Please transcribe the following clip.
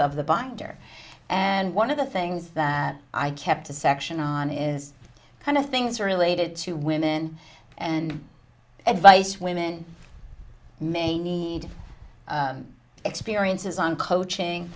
of the binder and one of the things that i kept a section on is kind of things related to women and advice women may need experiences on coaching